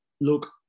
Look